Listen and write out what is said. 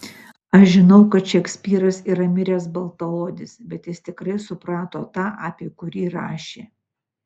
aš žinau kad šekspyras yra miręs baltaodis bet jis tikrai suprato tą apie kurį rašė